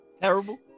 Terrible